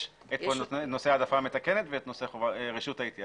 יש את נושא העדפה מתקנת ואת רשות ההתייעצות.